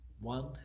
one